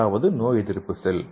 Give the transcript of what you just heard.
அதாவது நோயெதிர்ப்பு செல்கள்